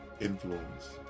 influence